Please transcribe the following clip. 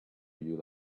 you